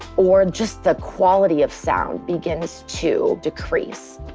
or just the quality of sound begins to decrease.